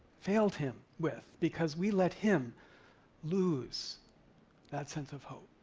failed him with, because we let him lose that sense of hope.